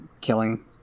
killing